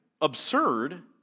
absurd